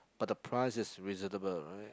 but the price is reasonable right